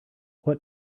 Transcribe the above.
what